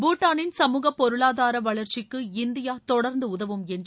பூடானின் சமூக பொருளாதார வளர்ச்சிக்கு இந்தியா தொடர்ந்து உதவும் என்று